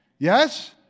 Yes